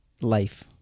life